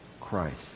Christ